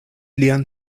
lian